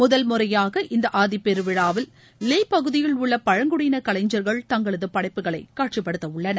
முதல் முறையாக இந்த ஆதி பெருவிழாவில் லே பகுதியில் உள்ள பழங்குடியின கலைஞர்கள் தங்களது படைப்புகளை காட்சிப்படுத்த உள்ளனர்